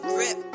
rip